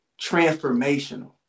transformational